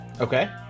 Okay